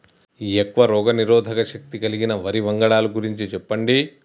ఎక్కువ రోగనిరోధక శక్తి కలిగిన వరి వంగడాల గురించి చెప్పండి?